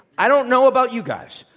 i don't know about you guys,